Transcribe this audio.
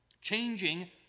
changing